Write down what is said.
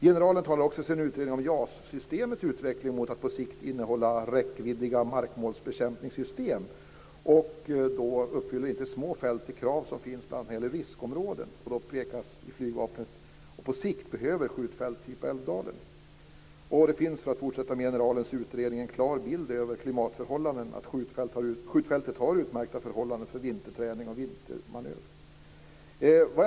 Generalmajoren talar också i sin utredning om JAS-systemets utveckling mot att på sikt innehålla markmålsbekämpningssystem med stor räckvidd. Då uppfyller inte små fält de krav som finns när det gäller bl.a. riskområden. Det påpekas i Flygvapnet att man på sikt behöver skjutfält av Älvdalens typ. Det finns, för att fortsätta med generalmajorens utredning, en klar bild över klimatförhållandena. Skjutfältet har utmärkta förhållanden för vinterträning och vintermanöver.